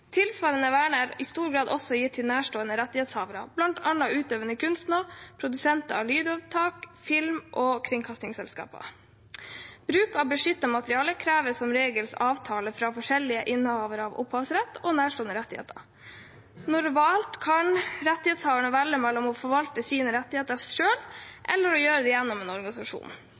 Tilsvarende vern er i stor grad også gitt nærstående rettighetshavere, bl.a. utøvende kunstnere, produsenter av lydopptak og film og kringkastingsselskaper. Bruk av beskyttet materiale krever som regel avtale fra forskjellige innehavere av opphavsrett og nærstående rettigheter. Normalt kan rettighetshaveren velge mellom å forvalte sine rettigheter selv eller å gjøre det gjennom en organisasjon.